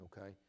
okay